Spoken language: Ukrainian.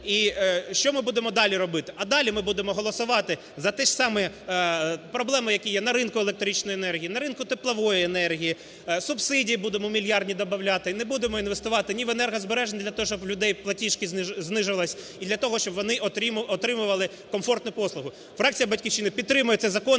І що ми будемо далі робити? А далі ми будемо голосувати за ті ж самі проблеми, які є на ринку електричної енергії, на ринку теплової енергії, субсидії будемо мільярдні добавляти. Не будемо інвестувати ні в енергозбереження для того, щоб у людей платіжки знизились і для того, щоб вони отримували комфортну послугу. Фракція "Батьківщина" підтримує цей закон